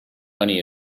honey